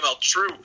true